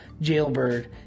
jailbird